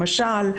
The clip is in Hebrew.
למשל,